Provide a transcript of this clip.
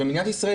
ומדינת ישראל,